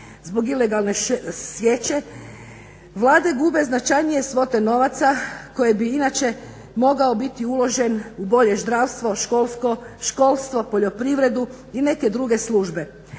Zbog ilegalne sječe vlade gube značajnije svote novaca koje bi inače mogle biti uložene u bolje zdravstvo, školstvo, poljoprivredu i neke druge službe